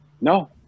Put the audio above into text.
no